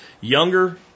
younger